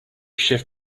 shift